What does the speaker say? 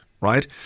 right